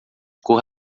cor